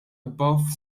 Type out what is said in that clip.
above